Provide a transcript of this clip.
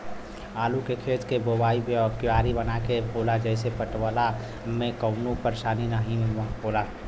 आलू के खेत के बोवाइ क्यारी बनाई के होला जेसे पटवला में कवनो परेशानी नाहीम होला